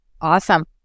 awesome